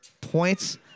points